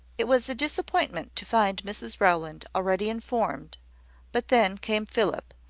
it was a disappointment to find mrs rowland already informed but then came philip,